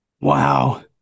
wow